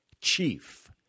chief